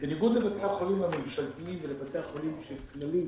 בניגוד לבתי החולים הממשלתיים ולבתי החולים של כללית,